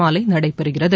மாலை நடைபெறுகிறது